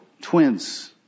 twins